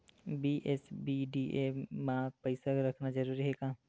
BSBDA मा पईसा रखना जरूरी हे का?